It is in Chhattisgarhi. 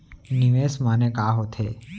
निवेश माने का होथे?